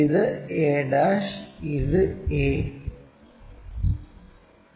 ഇത് a ഇത് a